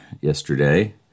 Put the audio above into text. yesterday